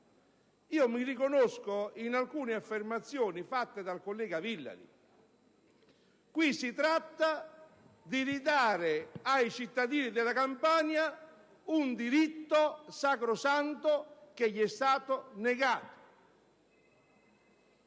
invece, in alcune affermazioni fatte dal collega Villari: qui si tratta di restituire ai cittadini della Campania un diritto sacrosanto che è stato loro negato.